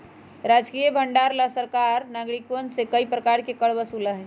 राजकीय भंडार ला सरकार नागरिकवन से कई तरह के कर वसूला हई